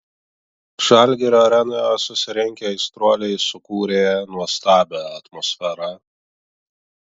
žalgirio arenoje susirinkę aistruoliai sukūrė nuostabią atmosferą